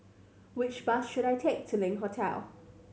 which bus should I take to Link Hotel